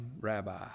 rabbi